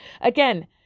Again